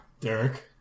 Derek